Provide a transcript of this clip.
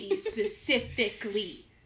specifically